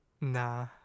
Nah